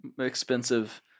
expensive